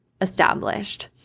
established